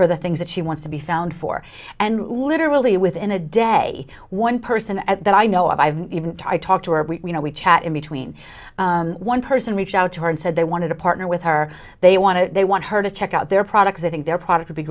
for the things that she wants to be found for and literally within a day one person at that i know i've even talked to her you know we chat in between one person reached out to her and said they wanted to partner with her they want to they want her to check out their products they think their products